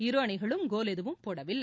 இரு அணிகளும் கோல் எதுவும் போடவில்லை